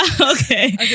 Okay